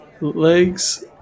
legs